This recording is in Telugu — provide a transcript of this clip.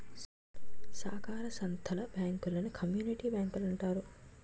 సాకార సంత్తల బ్యాంకులను కమ్యూనిటీ బ్యాంకులంటారు